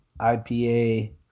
IPA